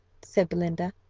said belinda,